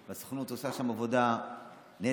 הסוכנות עושה שם עבודה נהדרת,